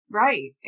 right